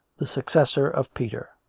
the successor of peter.